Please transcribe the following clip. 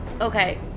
Okay